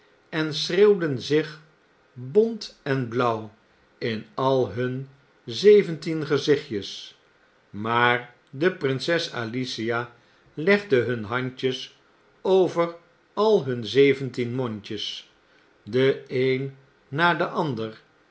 en schreeuwden zich bont en blauw in al hun zeventien gezichtjes maar de prinses alicia legde nun handjes over al hun zeventien mondjes deeen na den ander